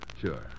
Sure